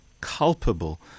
culpable